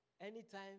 Anytime